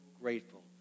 grateful